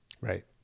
Right